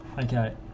Okay